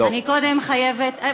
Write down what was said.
אני קודם חייבת, לא.